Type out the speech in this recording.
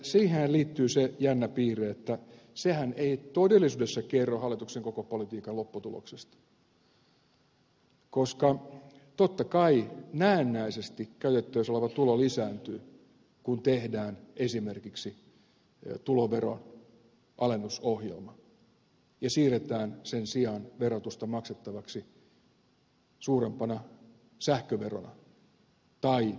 siihenhän liittyy se jännä piirre että sehän ei todellisuudessa kerro hallituksen koko politiikan lopputuloksesta koska totta kai näennäisesti käytettävissä oleva tulo lisääntyy kun tehdään esimerkiksi tuloveron alennusohjelma ja siirretään sen sijaan verotusta maksettavaksi suurempana sähköverona tai arvonlisäverona